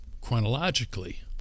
chronologically